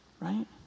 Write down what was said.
Right